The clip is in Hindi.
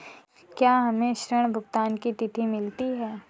क्या हमें ऋण भुगतान की तिथि मिलती है?